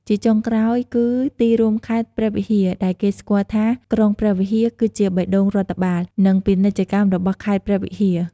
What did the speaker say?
ជាចុងក្រោយគឺ ទីរួមខេត្តព្រះវិហារដែលគេស្គាល់ថា ក្រុងព្រះវិហារ គឺជាបេះដូងរដ្ឋបាល និងពាណិជ្ជកម្មរបស់ខេត្តព្រះវិហារ។